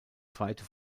zweite